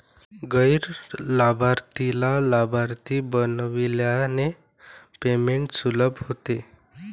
गैर लाभार्थीला लाभार्थी बनविल्याने पेमेंट सुलभ होते